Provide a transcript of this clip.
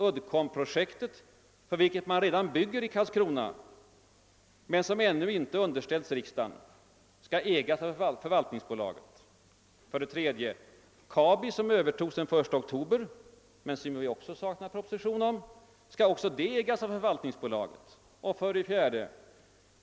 Uddcombprojektet, för vilket man redan nu bygger i Karlskrona men som ännu inte underställts riksdagen, skall ägas av förvaltningsbolaget. 3. Kabi som övertogs den 1 oktober — men som vi också saknar proposition om — skall också ägas av förvaltningsbolaget. 4.